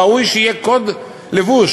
ראוי שיהיה קוד לבוש.